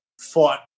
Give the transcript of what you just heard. fought